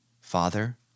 Father